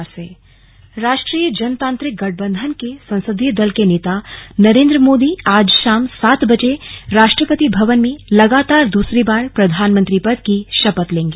प्रधानमंत्री शपथ राष्ट्रीय जनतांत्रिक गठबंधन के संसदीय दल के नेता नरेन्द्र मोदी आज शाम सात बजे राष्ट्रपति भवन में लगातार दूसरी बार प्रधानमंत्री पद की शपथ लेंगे